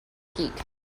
geek